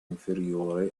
inferiore